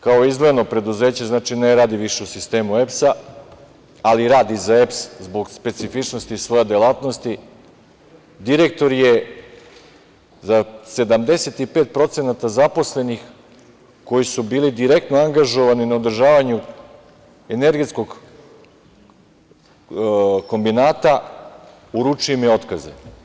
Kao izdvojeno preduzeće, znači, ne radi više u sistemu EPS, ali radi za EPS zbog specifičnosti svoje delatnosti direktor je za 75% zaposlenih, koji su bili direktno angažovani na održavanju energetskog kombinata, uručio im je otkaze.